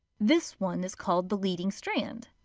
this one is called the leading strand.